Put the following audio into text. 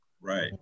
right